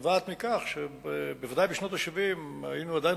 נבעה מכך שבוודאי בשנות ה-70 היינו עדיין